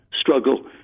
struggle